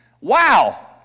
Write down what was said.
Wow